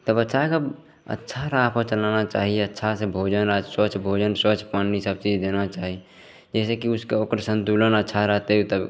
तब बच्चाके अच्छा राहपर चलाना चाही अच्छासे भोजन आओर स्वच्छ भोजन स्वच्छ पानी सबचीज देना चाही जाहिसेकि उसका ओकर सन्तुलन अच्छा रहतै तब